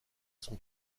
son